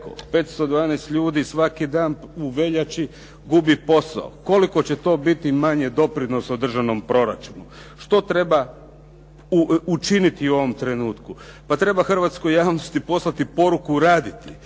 512 ljudi u veljači gubi posao. Koliko će to biti manje doprinosa u državnom proračunu. Što treba učiniti u ovom trenutku? Pa treba hrvatskoj javnosti poslati poruku uraditi.